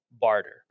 barter